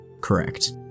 Correct